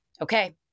Okay